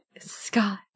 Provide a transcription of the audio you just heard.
scott